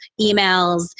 emails